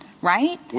right